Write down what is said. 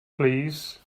plîs